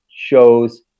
shows